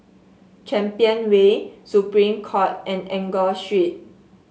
Champion Way Supreme Court and Enggor Street